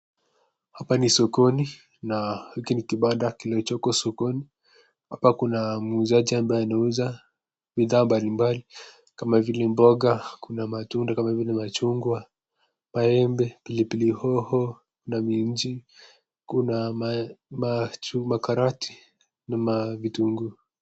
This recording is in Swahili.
Hapa ni sokoni na hiki ni kibanda kilichoko sokoni. Hapa kuna muuzaji ambaye anauza bidhaa mbalimbali kama vile mboga, kuna matunda kama vile machungwa, maembe, pilipili hoho na minji. Kuna ma karoti na ma vitunguu.